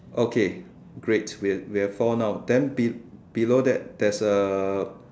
okay great we have we have found out then below below that there's a